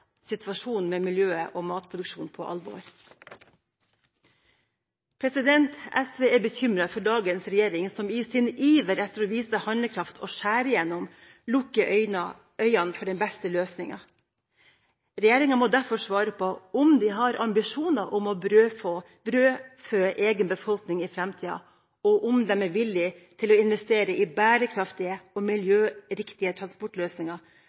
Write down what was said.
miljøet og matproduksjonen på alvor. SV er bekymret for at dagens regjering i sin iver etter å vise handlekraft og skjære gjennom, lukker øynene for den beste løsningen. Regjeringa må derfor svare på om de har ambisjoner om å brødfø egen befolkning i framtiden, og om de er villige til å investere i bærekraftige og miljøriktige transportløsninger